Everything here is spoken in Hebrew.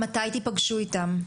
מתי תפגשו איתם?